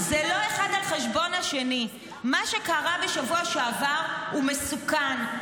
מה שקרה בשבוע שעבר הוא מסוכן.